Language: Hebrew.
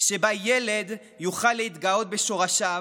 שבה ילד יוכל להתגאות בשורשיו,